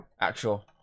actual